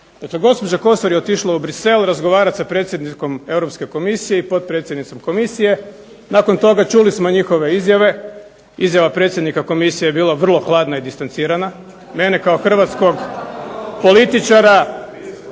gospođa Kosor je otišla u Bruxelles razgovarat sa predsjednikom Europske komisije i potpredsjednicom Komisije. Nakon toga čuli smo njihove izjave. Izjava predsjednika Komisije je bila vrlo hladna i distancirana… … /Buka u dvorani,